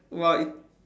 while it